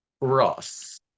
Ross